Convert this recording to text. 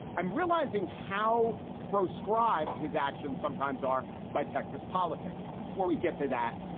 i'm realizing how proscribed his actions sometimes are by texas politics. but before we get to that,